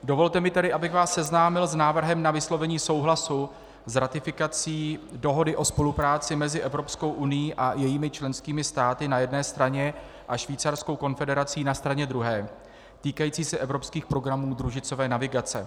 Dovolte mi tedy, abych vás seznámil s návrhem na vyslovení souhlasu s ratifikací Dohody o spolupráci mezi Evropskou unií a jejími členskými státy na jedné straně a Švýcarskou konfederací na straně druhé týkající se evropských programů družicové navigace.